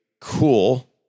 cool